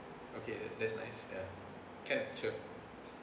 okay that that's nice ya can sure